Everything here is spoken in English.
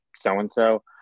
so-and-so